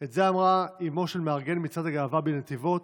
את זה אמרה אימו של מארגן מצעד הגאווה בנתיבות,